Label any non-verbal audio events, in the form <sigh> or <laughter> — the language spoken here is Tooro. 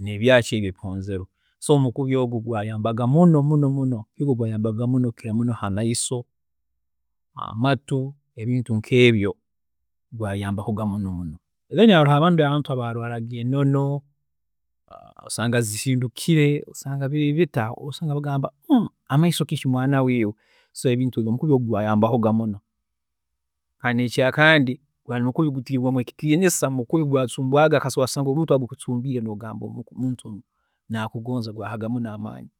n'ebyaakyo ebi ebihonzerwe, so omukubi ogu gwaayambaga muno muno muno, igwe gwayambaga muno kukira hamaiso, amatu ebintu nkebyo, gwayambaga muno. Then haroho abandi abantu abarwaaraga enono, osanga zihindukire, osanga biri bita osanga nibagamba <hesitation> amaiso kiki mwaanawe iwe, so ebintu byokurya ogu gwayambahoga muno. Kandi n'ekyaakandi omukubi ogwateekebwamuga muno ekitiinisa kusanga omuntu agukucuumbiire ogamba omuntu onu nakugonza habwokuba gwahaga muno amaani